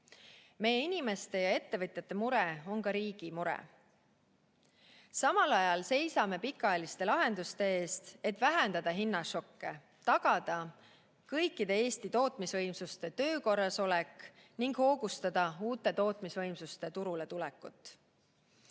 Meie inimeste ja ettevõtjate mure on ka riigi mure. Samal ajal seisame pikaajaliste lahenduste eest, et vähendada hinnašokke, tagada kõikide Eesti tootmisvõimsuste töö korrasolek ning hoogustada uute tootmisvõimsuste turule tulekut.